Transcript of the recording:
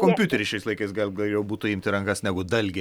kompiuterį šiais laikais gal geriau būtų imt į rankas negu dalgį